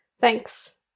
Thanks